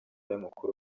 y’umukuru